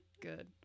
Good